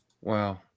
Wow